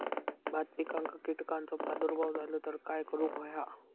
भात पिकांक कीटकांचो प्रादुर्भाव झालो तर काय करूक होया?